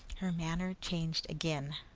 her manner changed again,